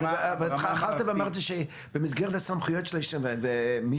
אבל התחלת ואמרת שבמסגרת הסמכויות שלכם -- הבנתי